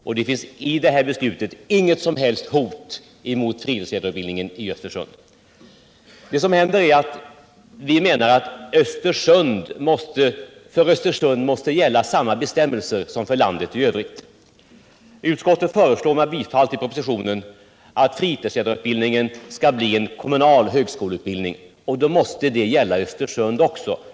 I utskottets förslag ligger alltså inget som helst hot mot fritidsledarutbildningen i Östersund. För Östersund måste emellertid samma bestämmelser som för landet i övrigt gälla. Utskottet föreslår med bifall till propositionen att fritidsledarutbildningen skall bli en kommunal högskoleutbildning, och det måste gälla också för Östersund.